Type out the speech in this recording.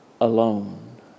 alone